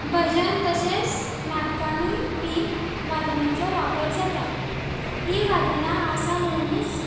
भजन तशेंच नाटकानूय बी वादनाचो वापर जाता हीं वादनां आसा म्हणुनूच